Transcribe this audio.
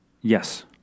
Yes